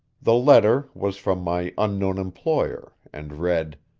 the letter was from my unknown employer, and read